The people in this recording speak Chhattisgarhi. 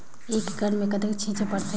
एक एकड़ मे कतेक छीचे पड़थे?